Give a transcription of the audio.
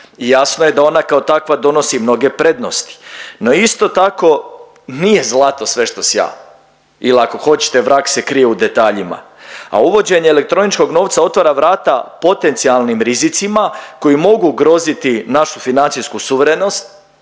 jasno je da ona kao takva donosi mnoge prednosti, no isto tako nije zlato sve što sja ili ako hoćete, vrag se krije u detaljima, a uvođenje elektroničkog novca otvara vrata potencijalnim rizicima koji mogu ugroziti našu financijsku suverenost,